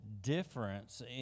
difference